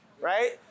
right